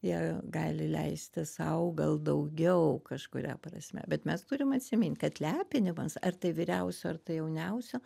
jie gali leisti sau gal daugiau kažkuria prasme bet mes turim atsimint kad lepinimas ar tai vyriausio ar tai jauniausio